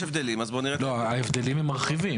ההבדלים מרחיבים.